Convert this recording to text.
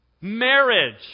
Marriage